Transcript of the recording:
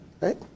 Right